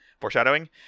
foreshadowing